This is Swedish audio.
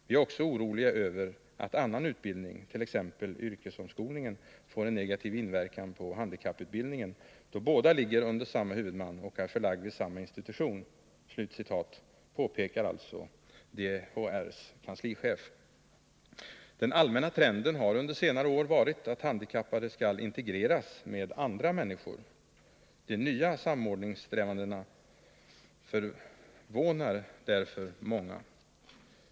Vi är också oroliga över att annan utbildning, t.ex. yrkesomskolningen, får en negativ inverkan på handikapputbildningen, då båda ligger under samma huvudman och är förlagda vid samma institution.” Detta påpekar alltså DHR:s kanslichef. Den allmänna trenden har under senare år varit att handikappade skall integreras med andra människor. De nya samordningssträvandena förvånar därför många.